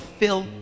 fill